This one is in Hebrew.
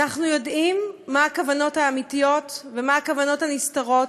אנחנו יודעים מה הכוונות האמיתיות ומה הכוונות הנסתרות,